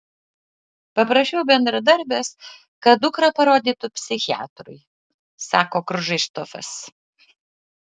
paprašiau bendradarbės kad dukrą parodytų psichiatrui sako krzyštofas